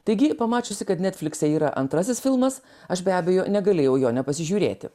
taigi pamačiusi kad netflikse yra antrasis filmas aš be abejo negalėjau jo nepasižiūrėti